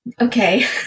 okay